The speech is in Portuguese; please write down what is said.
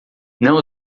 não